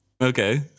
Okay